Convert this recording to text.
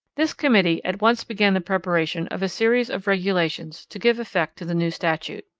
this committee at once began the preparation of a series of regulations to give effect to the new statute.